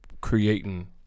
creating